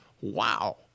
Wow